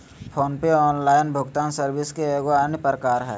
phone पे online भुगतान service के एगो अन्य प्रकार हय